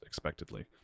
expectedly